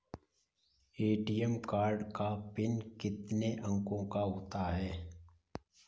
ATM card का pin कितने अंकों का होता है?